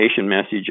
message